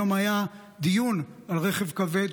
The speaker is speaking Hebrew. היום היה דיון על רכב כבד.